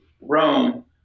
Rome